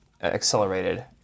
accelerated